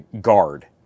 guard